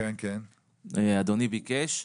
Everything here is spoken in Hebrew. אדוני ביקש,